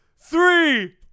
Three